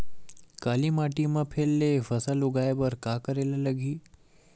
काली माटी म फेर ले फसल उगाए बर का करेला लगही?